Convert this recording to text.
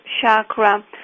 chakra